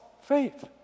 faith